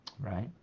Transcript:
right